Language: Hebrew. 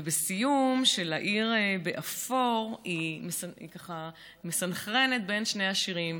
ובסיום של "העיר באפור" היא מסנכרנת בין שני השירים,